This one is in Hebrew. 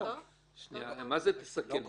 זה "תסכל"?